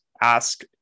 ask